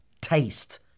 taste